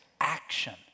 action